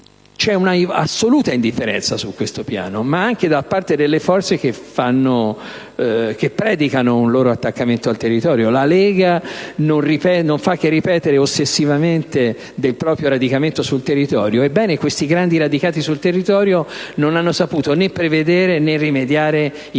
è assoluta indifferenza su questo piano anche da parte delle forze che predicano un loro attaccamento al territorio. La Lega non fa che ripetere ossessivamente del proprio radicamento sul territorio; ebbene, questi soggetti così fortemente radicati sul territorio non hanno saputo né prevedere né rimediare ai